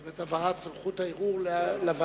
זאת אומרת, העברת סמכות הערעור לוועדה.